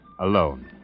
alone